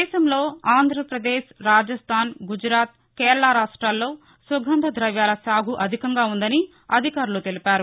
దేశంలో ఆంధ్రప్రదేశ్ రాజస్దాన్ గుజరాత్ కేరళ రాష్ట్రాల్లో సుగంధ ద్రవ్యాల సాగు అధికంగా ఉందని అధికారులు తెలిపారు